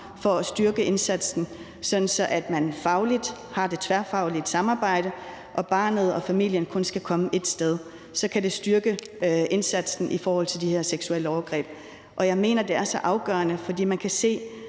for at styrke indsatsen, sådan så man fagligt har det tværfaglige samarbejde, og at barnet og familien kun skal komme et sted. Så kan det styrke indsatsen i forhold til de her seksuelle overgreb. Og jeg mener, det er så afgørende, for man kan